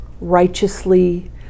righteously